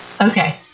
okay